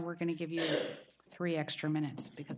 we're going to give you three extra minutes because